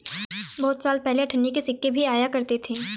बहुत साल पहले अठन्नी के सिक्के भी आया करते थे